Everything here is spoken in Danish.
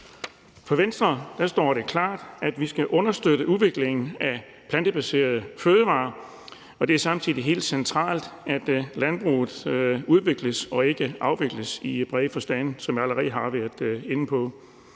For Venstre står det klart, at vi skal understøtte udviklingen af plantebaserede fødevarer, og det er samtidig helt centralt, at landbruget udvikles og ikke afvikles i bred forstand, som jeg allerede har været inde på.